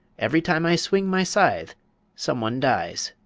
every time i swing my scythe some one dies.